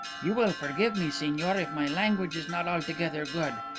you will forgive me, signor, if my language is not altogether good.